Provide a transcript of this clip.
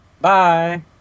Bye